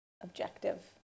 objective